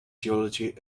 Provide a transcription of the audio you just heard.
geology